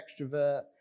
extrovert